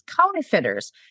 counterfeiters